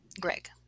Greg